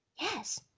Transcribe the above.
Yes